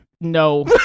No